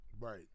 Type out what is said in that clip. Right